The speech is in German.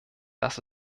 das